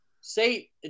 say